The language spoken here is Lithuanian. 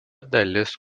dalis